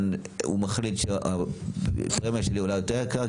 הוא מחליט שהפרמיה שלי עולה יותר ככה,